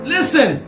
Listen